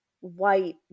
white